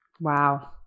wow